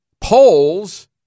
Polls